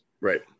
Right